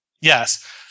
Yes